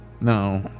No